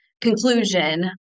conclusion